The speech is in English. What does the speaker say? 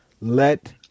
Let